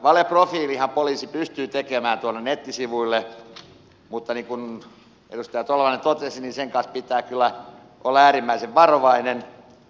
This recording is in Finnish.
valeprofiilinhan poliisi pystyy tekemään tuonne nettisivuille mutta niin kuin edustaja tolvanen totesi sen kanssa pitää kyllä olla äärimmäisen varovainen